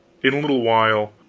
in a little while